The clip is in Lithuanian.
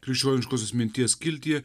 krikščioniškosios minties skiltyje